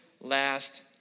last